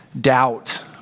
doubt